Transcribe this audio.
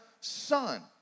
son